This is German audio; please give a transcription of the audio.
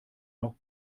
noch